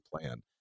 plan